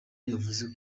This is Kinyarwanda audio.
yavuze